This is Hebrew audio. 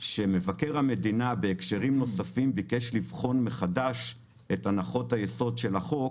שמבקר המדינה בהקשרים נוספים ביקש לבחון מחדש את הנחות היסוד של החוק